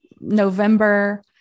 November